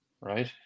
right